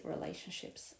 relationships